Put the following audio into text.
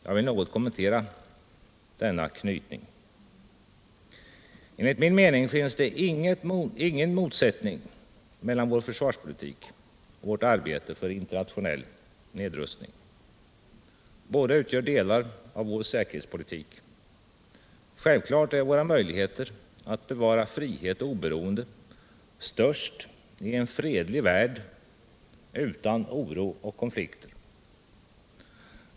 Jag vill något kommentera denna knytning. Enligt min mening finns det ingen motsättning mellan vår försvarspolitik och vårt arbete för internationell nedrustning. Båda utgör delar av vår neutralitetspolitik. Självfallet är våra möjligheter att bevara frihet och oberoende störst i en fredlig värld utan oro och konflikter.